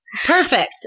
Perfect